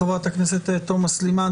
חה"כ תומא סלימאן,